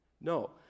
No